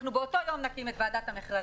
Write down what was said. אנחנו באותו יום נקים את ועדת המכרזים,